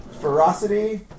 Ferocity